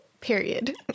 Period